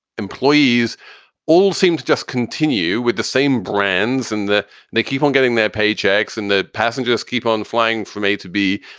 employees all seem to just continue with the same brands and they keep on getting their paychecks and the passengers keep on flying from a to b.